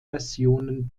versionen